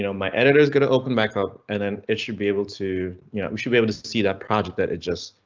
you know my editor is going to open back up and then it should be able to yeah be able to see that project that it just.